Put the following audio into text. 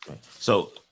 So-